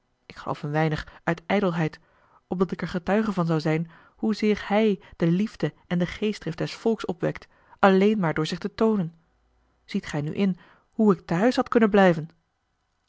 ik geloof een weinig uit ijdelheid opdat ik er getuige van zou zijn hoezeer hij de liefde en de geestdrift des volks opwekt alleen maar door zich te toonen ziet gij nu in hoe ik tehuis had kunnen blijven